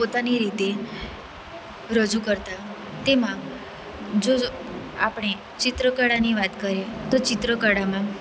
પોતાની રીતે રજૂ કરતા તેમાં જો આપણે ચિત્રકળાની વાત કરીએ તો ચિત્રકળામાં